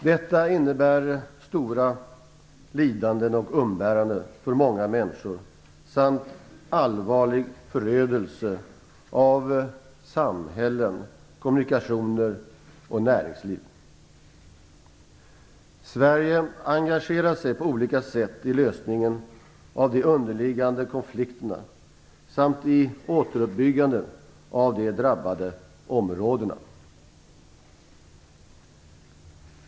Detta innebär stora lidanden och umbäranden för många människor samt allvarlig förödelse av samhällen, kommunikationer och näringsliv. Sverige engagerar sig på olika sätt i lösningen av de underliggande konflikterna samt i återuppbyggandet av de drabbade områdena.